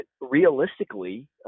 realistically